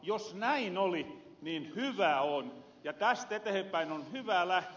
jos näin oli niin hyvä on ja täst etehenpäin on hyvä lähtiä